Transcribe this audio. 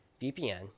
VPN